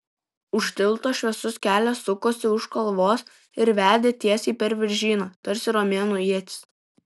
už tilto šviesus kelias sukosi už kalvos ir vedė tiesiai per viržyną tarsi romėnų ietis